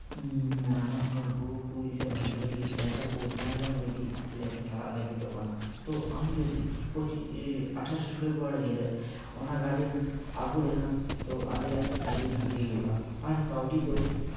ᱱᱟᱱᱟ ᱦᱩᱱᱟᱹᱨ ᱵᱩᱨᱩ ᱠᱚ ᱥᱮ ᱵᱷᱟᱹᱜᱤ ᱵᱷᱟᱹᱜᱤ ᱡᱟᱭᱜᱟ ᱠᱚ ᱧᱮᱞ ᱡᱚᱝ ᱞᱟᱹᱜᱤᱫ ᱞᱮ ᱪᱟᱞᱟᱜ ᱞᱟᱹᱜᱤᱫᱚᱜ ᱠᱟᱱᱟ ᱛᱳ ᱟᱢ ᱡᱩᱫᱤ ᱟᱴᱷᱟᱥᱮ ᱯᱷᱮᱵᱽᱨᱩᱣᱟᱨᱤ ᱦᱤᱞᱳᱜ ᱚᱱᱟ ᱜᱟᱹᱰᱤᱢ ᱟᱹᱜᱩ ᱞᱮᱠᱷᱟᱱ ᱛᱳ ᱟᱞᱮᱭᱟᱜ ᱟᱹᱰᱤ ᱵᱷᱹᱜᱤ ᱦᱩᱭᱩᱜᱼᱟ ᱟᱨ ᱠᱟᱹᱣᱰᱤ ᱫᱚ